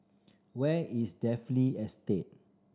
where is Dalvey Estate